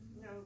no